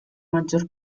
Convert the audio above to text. maggior